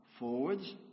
forwards